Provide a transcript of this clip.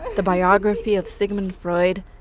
the biography of sigmund freud,